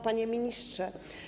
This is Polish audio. Panie Ministrze!